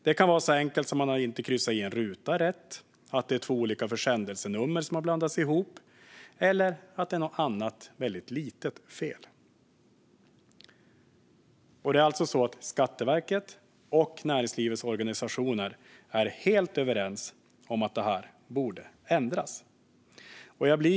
Det kan vara så enkelt som att man inte har kryssat i en ruta rätt, att två olika försändelsenummer har blandats ihop eller att något annat väldigt litet fel har uppstått. Skatteverket och näringslivets organisationer är helt överens om att det här borde ändras.